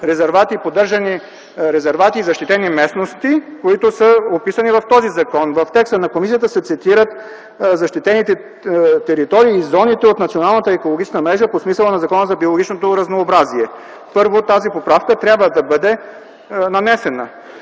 паркове, поддържани резервати, защитени местности, които са описани в този закон. В текста на комисията се цитират защитените територии и зоните от Националната екологична мрежа по смисъла на Закона за биологичното разнообразие. Тази поправка трябва да бъде нанесена.